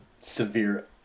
severe